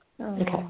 Okay